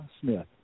Smith